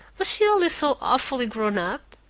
was she always so awfully grown up?